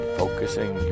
focusing